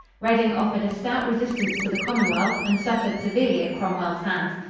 reading offered a stout resistance to the commonwealth and suffered severely at cromwell's hands.